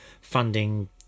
funding